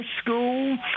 school